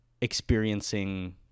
experiencing